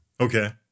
Okay